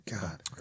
God